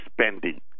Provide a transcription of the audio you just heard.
spending